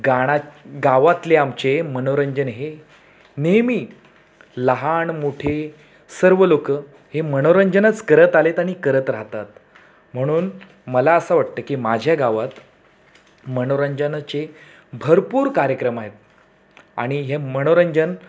गाणात गावातले आमचे मनोरंजन हे नेहमी लहान मोठे सर्व लोकं हे मनोरंजनच करत आले आहेत आणि करत राहतात म्हणून मला असं वाटतं की माझ्या गावात मनोरंजनाचे भरपूर कार्यक्रम आहेत आणि हे मनोरंजन